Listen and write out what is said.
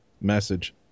message